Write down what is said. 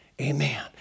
Amen